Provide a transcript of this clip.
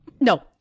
No